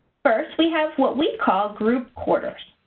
first, we have what we call group quarters.